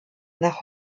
nach